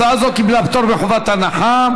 הצעה זו קיבלה פטור מחובת הנחה.